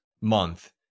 month